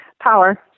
Power